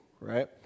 right